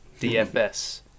DFS